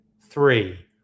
three